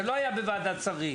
זה לא היה בוועדת שרים.